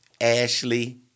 Ashley